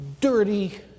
dirty